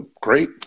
Great